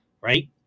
Right